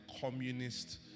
communist